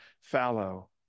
fallow